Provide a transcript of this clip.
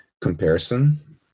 comparison